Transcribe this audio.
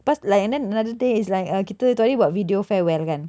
lepas like and then another day is like uh kita tu hari buat video farewell kan